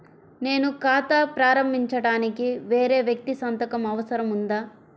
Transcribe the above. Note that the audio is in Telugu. నేను ఖాతా ప్రారంభించటానికి వేరే వ్యక్తి సంతకం అవసరం ఉందా?